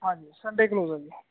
ਹਾਂਜੀ Sunday close ਆ ਜੀ